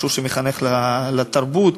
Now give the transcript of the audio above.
משהו שמחנך לתרבות,